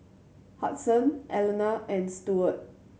Hudson Alana and Stuart